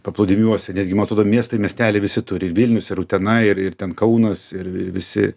paplūdimiuose netgi ma atrodo miestai miesteliai visi turi ir vilnius ir utena ir ir ten kaunas ir visi